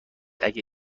اگه